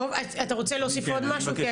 טוב, אתה רוצה להוסיף עוד משהו.